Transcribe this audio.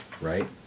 Right